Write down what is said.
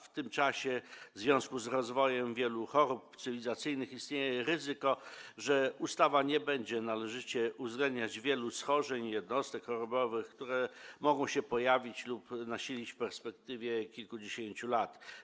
W tym czasie w związku z rozwojem wielu chorób cywilizacyjnych istnieje ryzyko, że ustawa nie będzie należycie uwzględniać wielu schorzeń i jednostek chorobowych, które mogą się pojawić lub nasilić w perspektywie kilkudziesięciu lat.